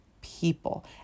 people